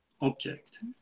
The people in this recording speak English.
object